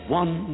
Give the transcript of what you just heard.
one